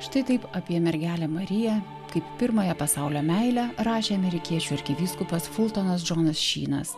štai taip apie mergelę mariją kaip pirmąją pasaulio meilę rašė amerikiečių arkivyskupas fultonas džonas šynas